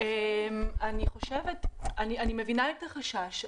אני מבינה את החשש,